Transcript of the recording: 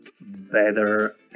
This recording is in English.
better